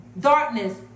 darkness